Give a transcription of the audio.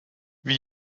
wie